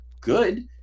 good